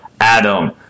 Adam